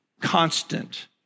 Constant